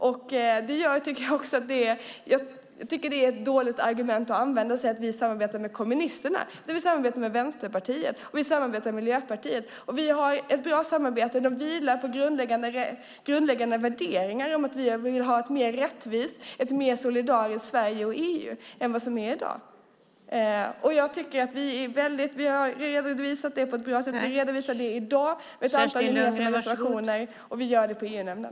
Jag tycker därför att det är ett dåligt argument att säga att vi samarbetar med kommunisterna när vi samarbetar med Vänsterpartiet och Miljöpartiet. Vi har ett bra samarbete som vilar på grundläggande värderingar som handlar om att vi vill ha ett mer rättvist och ett mer solidariskt Sverige och EU än vad som är i dag. Jag tycker att vi har redovisat det på ett bra sätt. Vi redovisar det i dag med ett antal gemensamma reservationer, och vi gör det i EU-nämnden.